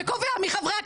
וקובע מי חברי הכנסת.